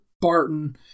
Barton